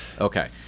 Okay